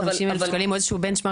50,000 שקלים הוא איזשהו בנצ'מארק